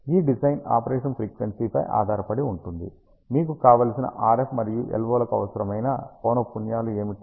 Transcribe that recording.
ఈ design operation ఫ్రీక్వెన్సీపై ఆధారపడి ఉంటుంది మీకు కావ్వలసిన RF మరియు LO లకు అవసరమైన పౌనఃపున్యాలు ఏమిటి